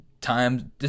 time